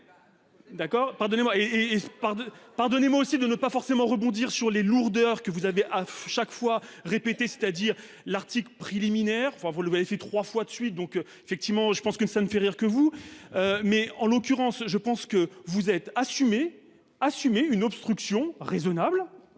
pardonnez-moi aussi de ne pas forcément rebondir sur les lourdeurs, que vous avez à chaque fois répété c'est-à-dire l'Arctique préliminaire enfin vous lui avez fait trois fois de suite, donc effectivement je pense que ça ne fait rire que vous. Mais en l'occurrence, je pense que vous êtes assumer, assumer une obstruction raisonnable